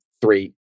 three